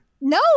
No